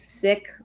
sick